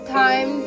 time